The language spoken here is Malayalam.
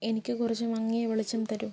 എനിക്ക് കുറച്ച് മങ്ങിയ വെളിച്ചം തരുക